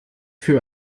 für